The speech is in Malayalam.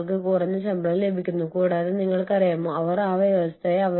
അതിനാൽ ഇതുപോലുള്ള കാര്യങ്ങളിൽ കൂടുതൽ അപകടസാധ്യതയുണ്ട്